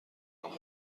کنن